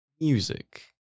music